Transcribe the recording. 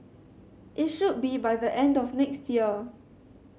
it should be by the end of next year